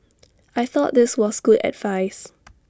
I thought this was good advice